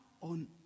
on